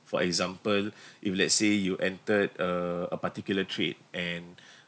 for example if let's say you entered a a particular trade and